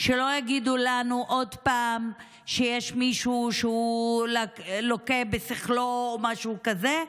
שלא יגידו לנו עוד פעם שיש מישהו שלוקה בשכלו או משהו כזה,